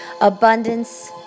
abundance